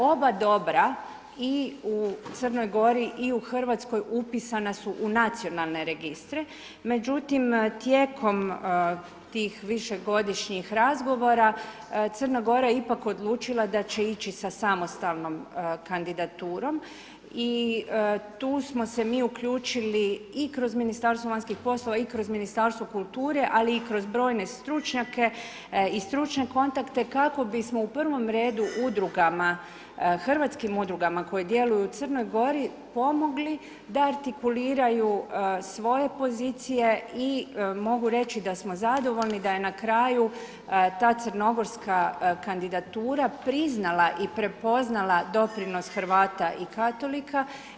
Oba dobra i u Crnoj Gori i u Hrvatskoj, upisana su u nacionalne registre, međutim, tijekom tih višegodišnjih razgovora, Crna Gora je ipak odlučila da će ići sa samostalnom kandidaturom i tu smo se mi odlučili i kroz Ministarstvo vanjskih poslova i kroz Ministarstvo kulture, ali i kroz brojne stručnjake i stručne kontakte kako bismo u prvom redu udrugama, hrvatskim udrugama, koje djeluju u Crnoj Gori, pomogli, da artikuliraju svoje pozicije i mogu reći, da smo zadovoljni, da je na kraju ta Crnogorska kandidatura priznala i prepoznala doprinos Hrvata i Katolika.